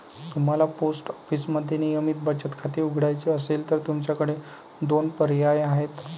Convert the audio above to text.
तुम्हाला पोस्ट ऑफिसमध्ये नियमित बचत खाते उघडायचे असेल तर तुमच्याकडे दोन पर्याय आहेत